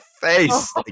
face